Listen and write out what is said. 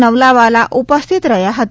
નવલાવાલા ઉપસ્થિત રહ્યા હતા